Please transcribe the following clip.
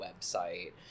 website